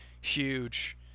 huge